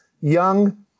young